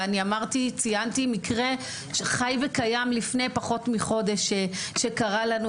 אני ציינתי מקרה חי וקיים לפני פחות מחודש שקרה לנו,